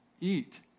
eat